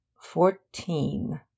Fourteen